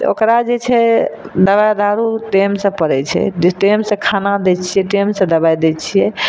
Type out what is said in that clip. ओकरा जे छै दबाइ दारू टाइमसँ पड़ैत छै टाइमसँ खाना दै छियै टाइमसँ दबाइ दै छियै